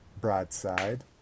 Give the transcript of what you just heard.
broadside